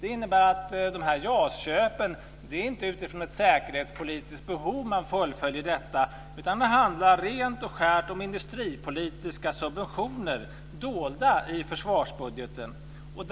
Det innebär att det inte är utifrån ett säkerhetspolitiskt behov som man fullföljer det här JAS-köpet, utan det handlar enbart om industripolitiska subventioner som är dolda i försvarsbudgeten.